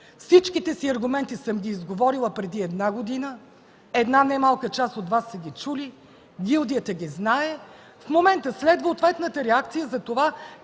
Всичките си аргументи съм изговорила преди една година. Една немалка част от Вас са ги чули, гилдията ги знае. В момента следва ответната реакция за това